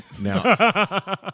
Now